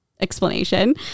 Explanation